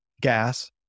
gas